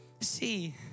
see